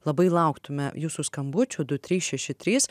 labai lauktume jūsų skambučių du trys šeši trys